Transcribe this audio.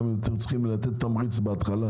גם אם אתם צריכים לתת תמריץ בהתחלה,